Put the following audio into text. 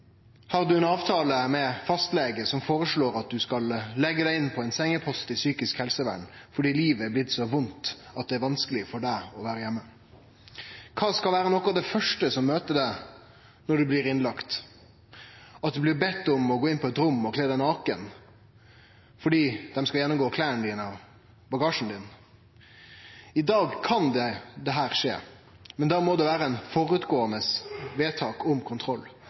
at du skal leggje deg inn på ein sengepost i psykisk helsevern fordi livet er blitt så vondt at det er vanskeleg for deg å vere heime. Kva skal vere noko av det første som møter deg når du blir innlagd? At du blir bedt om å gå inn på eit rom og kle deg naken fordi dei skal gjennomgå kleda dine og bagasjen din? I dag kan dette skje, men da må det vere gjort eit vedtak på førehand om kontroll.